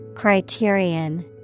Criterion